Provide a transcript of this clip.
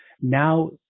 now